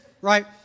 Right